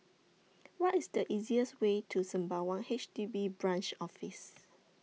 What IS The easiest Way to Sembawang H D B Branch Office